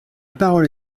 parole